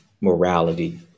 morality